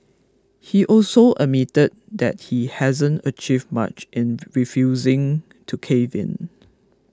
he also admitted that he hasn't achieved much in refusing to cave in